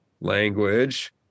language